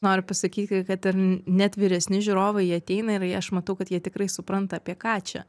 noriu pasakyti kad net vyresni žiūrovai jie ateina ir aš matau kad jie tikrai supranta apie ką čia